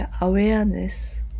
awareness